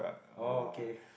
oh okay